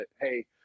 Hey